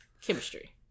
chemistry